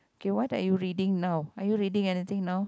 okay what are you reading now are you reading anything now